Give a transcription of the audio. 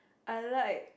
I like